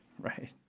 Right